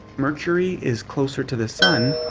mercury is closer to the sun.